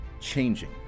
changing